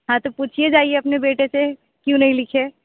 हाँ तो पूछिए जाइए अपने बेटे से क्यों नहीं लिखे